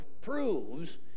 proves